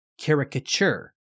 caricature